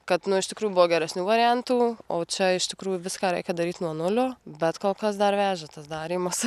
kad iš tikrųjų buvo geresnių variantų o čia iš tikrųjų viską reikia daryt nuo nulio bet kol kas dar veža tas darymas